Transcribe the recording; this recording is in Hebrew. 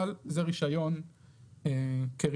אבל זה רישיון כרישיון.